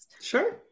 Sure